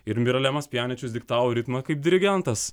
ir miralemas pjaničius diktavo ritmą kaip dirigentas